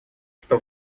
что